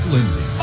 Lindsay